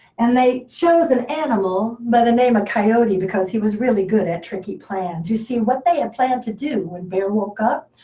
and they chose an animal by the name of coyote, because he was really good at tricky plans. you see, what they had and planned to do when bear woke up,